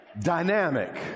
dynamic